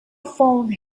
phone